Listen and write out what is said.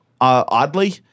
oddly